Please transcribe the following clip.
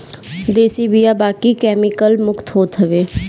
देशी बिया बाकी केमिकल मुक्त होत हवे